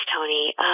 Tony